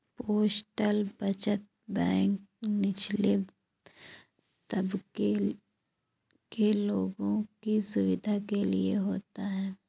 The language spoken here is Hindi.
पोस्टल बचत बैंक निचले तबके के लोगों की सुविधा के लिए होता है